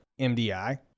MDI